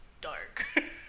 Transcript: dark